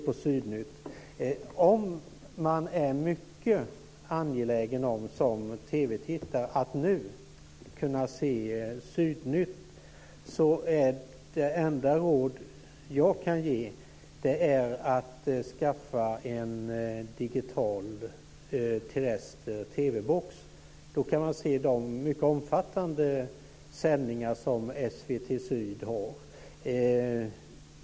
Om man som TV-tittare är mycket angelägen om att nu kunna se Sydnytt är det enda råd jag kan ge att man skaffar en digital terrester TV-box. Då kan man se de mycket omfattande sändningar som SVT Syd har.